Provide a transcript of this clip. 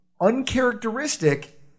Uncharacteristic